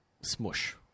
smush